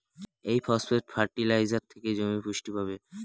এই phosphate fertiliser থেকে জমি পুষ্টি পাবে